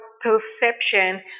perception